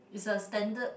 is a standard